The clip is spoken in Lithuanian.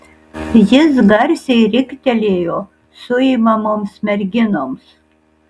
jis garsiai riktelėjo suimamoms merginoms